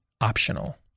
optional